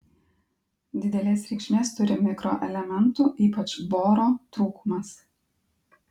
didelės reikšmės turi mikroelementų ypač boro trūkumas